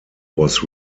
was